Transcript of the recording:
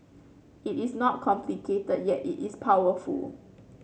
it is not complicated yet it is powerful